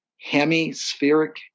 hemispheric